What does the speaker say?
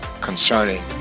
concerning